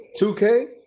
2k